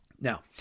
Now